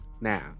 Now